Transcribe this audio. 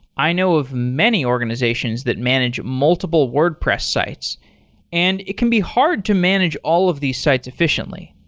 i know of many organization that manage multiple wordpress sites and it can be hard to manage all of these sites efficiently.